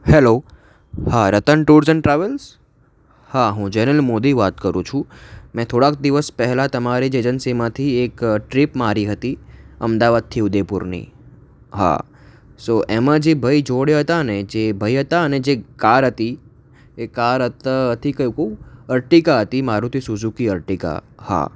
hello હા Ratan tours and travels હા હું જેનિલ મોદી વાત કરું છું મેં થોડાક દિવસ પહેલાં તમારી જ એજન્સીમાંથી ટ્રીપ મારી હતી અમદાવાદથી ઉદયપુરની હાં સો એમાં જે ભાઈ જોડે હતા ને જે ભાઈ હતા ને જે કાર હતી એ કાર હત હતી કઈ કહું અર્ટિગા હતી મારુતિ સુઝુકી અર્ટિગા હા